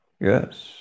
Yes